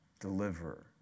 deliverer